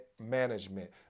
management